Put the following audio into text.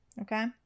Okay